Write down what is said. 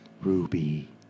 Ruby